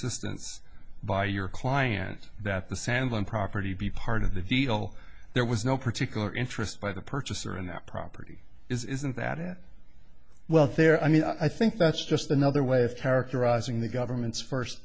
insistence by your client that the sandlin property be part of the deal there was no particular interest by the purchaser in that property isn't that wealth there i mean i think that's just another way of characterizing the government's first